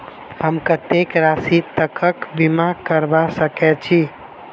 हम कत्तेक राशि तकक बीमा करबा सकै छी?